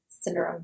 syndrome